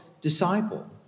disciple